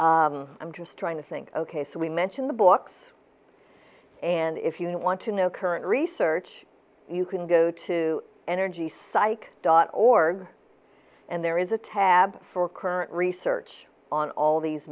i'm just trying to think ok so we mention the books and if you want to know current research you can go to energy psych dot org and there is a tab for current research on all these